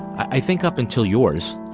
i think up until yours.